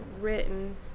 written